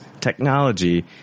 technology